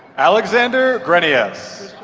alexander greanias.